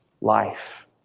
life